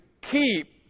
keep